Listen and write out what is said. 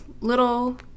Little